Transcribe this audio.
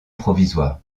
provisoire